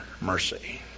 mercy